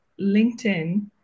LinkedIn